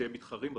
שמתחרים בבנק.